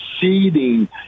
seeding